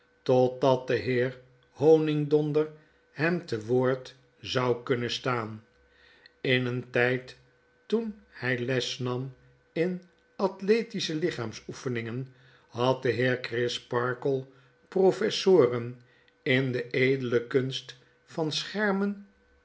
de heer honigdonder hem te woord zou kunnen staan in een tijd toen hj les nam in athletische lichaamsoefeningen had de heer crisparkle professoren in die edele kunst van schermen